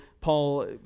Paul